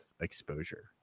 exposure